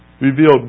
Revealed